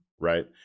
right